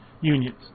unions